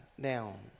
down